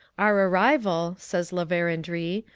our arrival says la verendrye,